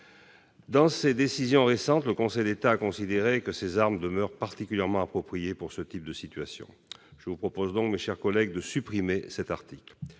Dans ses décisions récentes, le Conseil d'État a considéré que ces armes demeurent particulièrement appropriées pour ce type de situations. Je vous propose donc, mes chers collègues, de supprimer l'article